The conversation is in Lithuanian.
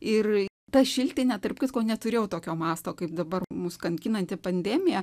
ir ta šiltinė tarp kitko neturėjo tokio masto kaip dabar mus kankinanti pandemija